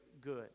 good